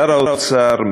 שר האוצר,